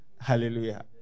hallelujah